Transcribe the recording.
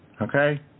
Okay